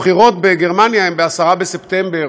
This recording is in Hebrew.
הבחירות בגרמניה הן ב-10 בספטמבר,